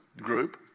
group